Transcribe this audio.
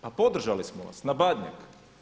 Pa podržali smo vas na Badnjak.